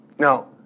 Now